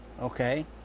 okay